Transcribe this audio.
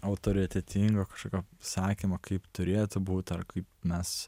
autoritetingo kažkokio sakymo kaip turėtų būt ar kaip mes